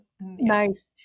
Nice